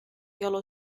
yellow